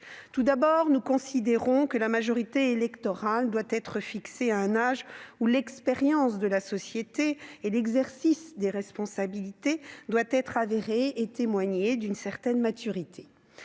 Tout d'abord, nous considérons que la majorité électorale doit être fixée à un âge où l'expérience de la société et l'exercice de responsabilités doivent être avérés et témoigner d'une certaine maturité.